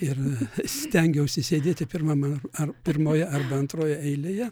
ir stengiausi sėdėti pirmame ar pirmoje arba antroje eilėje